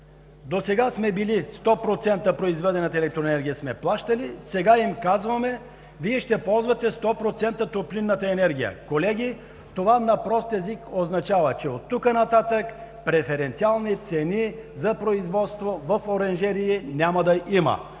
Досега 100% от произведената електроенергия сме я плащали. Сега им казваме: Вие ще ползвате 100% топлинната енергия. Колеги, това на прост език означава, че от тук нататък преференциални цени за производство в оранжерии няма да има,